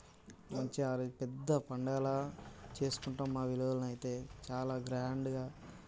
మంచిగా అదొక పెద్ద పండగలాగా చేసుకుంటాం మా విలేజ్లో అయితే చాలా గ్రాండ్గా